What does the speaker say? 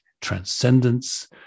transcendence